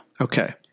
Okay